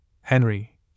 Henry